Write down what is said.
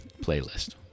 playlist